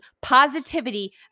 positivity